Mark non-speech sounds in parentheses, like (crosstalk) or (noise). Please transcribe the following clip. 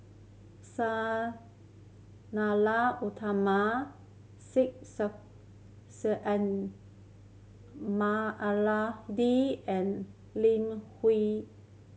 Sang Nila Utama Syed (unintelligible) and (unintelligible) Lim Hwee